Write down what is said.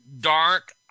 dark